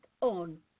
on